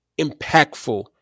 impactful